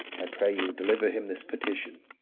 i pray you deliver him this petition.